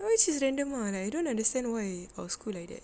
yours is random ah like I don't understand why your school like that